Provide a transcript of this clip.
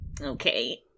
Okay